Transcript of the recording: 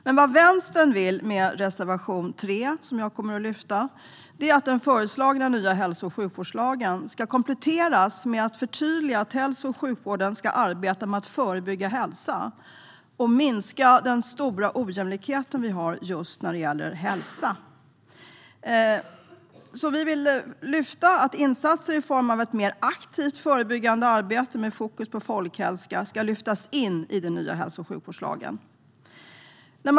Men vad Vänstern vill med reservation 3, som jag yrkar bifall till, är att den föreslagna nya hälso och sjukvårdslagen ska kompletteras med ett förtydligande att hälso och sjukvården ska arbeta med att förebygga ohälsa och minska den stora ojämlikheten när det gäller hälsa. Vi tycker att insatser i form av ett mer aktivt förebyggande arbete med fokus på folkhälsa ska lyftas in i den nya hälso och sjukvårdslagen.